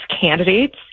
candidates